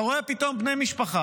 אתה רואה פתאום בני משפחה